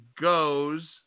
goes